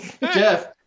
Jeff